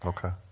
Okay